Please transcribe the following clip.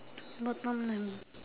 bottom left